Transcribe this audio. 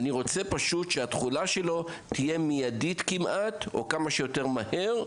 אני רוצה שהתחולה שלו תהיה מיידית כמעט או כמה שיותר מהר.